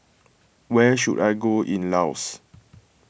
where should I go in Laos